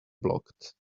blocked